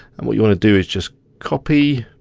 and what you wanna do is just copy.